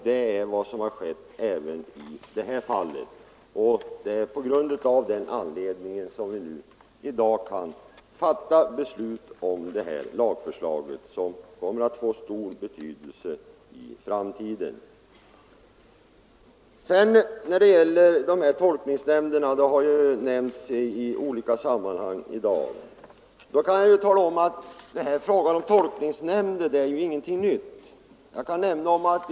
Det är vad som har skett även i detta fall, och det är av den anledningen som vi i dag kan fatta beslut om denna lag, som kommer att få stor betydelse i framtiden. Frågan om tolkningsnämnder, som nämnts i olika sammanhang i dag, är inte ny.